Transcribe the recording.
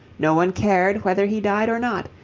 no one cared whether he died or not,